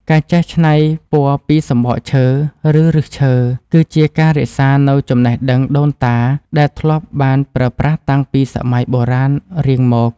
ការចេះច្នៃពណ៌ពីសំបកឈើ ឬ ឫសឈើ គឺជាការរក្សានូវចំណេះដឹងដូនតាដែលធ្លាប់បានប្រើប្រាស់តាំងពីសម័យបុរាណរៀងមក។